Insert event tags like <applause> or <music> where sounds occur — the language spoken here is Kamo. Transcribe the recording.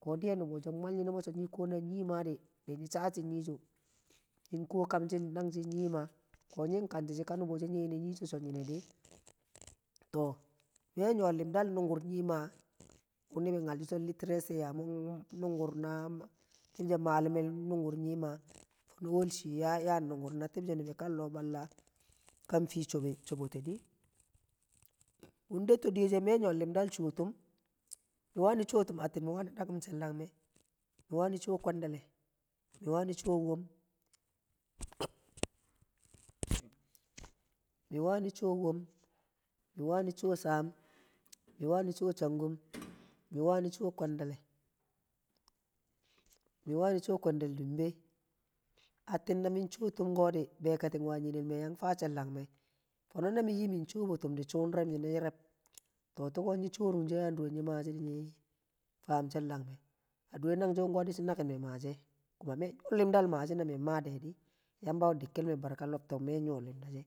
koo diyen nubu she mwal nyinu so nyi kuwo nanyi maa di nyi saatin nyiso nyi nkw kamshi nagshi nyi mah ke nying kantishi ka nubu shiye e̱ nyise so teedi to mi we yo limda nuguri mah wu ibi nyal shi so litrecy yamu nungur na tibshe malume walshi yaa nungur kaa a lo balla ka a fii shobo shobote dii, tuu detto diye she miwe nyo limdal chootu̱m mi wai chootum ati mi wani dakum cheldanme mi wani choo kwendale mi wai choo wom <noise> mi wai choo woom mi wai choo chaam mi wani choo changum mi wani choo kwendale mi wani choo kwandale dug me atin na min choo tum ko di be kating waa nyinel mi yang faa chel dangume fono na min yi min choobu tum ko di chuu reb yie reb to auko nyi choorwe she a duure yi mashi y? faam cheldag me. Adure nang shi wuko dishi nakin mi mag she kuma me nyo limdi mashi na min maade di yamba we diktikel mel barka labtan mwenyole.